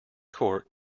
court